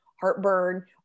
heartburn